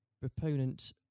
proponent